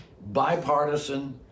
bipartisan